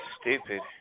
stupid